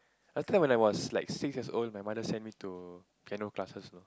last time when I was like six years old my mother sent me to piano classes